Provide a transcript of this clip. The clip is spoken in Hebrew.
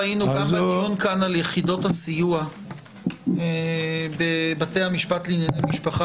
אנחנו ראינו גם בדיון כאן על יחידות הסיוע בבתי המשפט לענייני משפחה